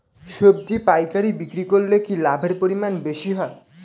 সবজি পাইকারি বিক্রি করলে কি লাভের পরিমাণ বেশি হয়?